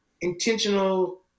intentional